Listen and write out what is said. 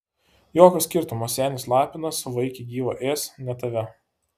jokio skirtumo senis lapinas vaikį gyvą ės ne tave